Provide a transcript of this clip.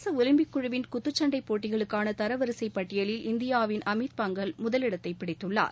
சர்வதேச ஒலிம்பிக் குழுவின் குத்துச்சண்டை போட்டிகளுக்கான தரவரிசைப் பட்டியலில் இந்தியாவின் அமித் பங்கல் முதலிடத்தை பிடித்துள்ளார்